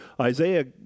Isaiah